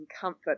comfort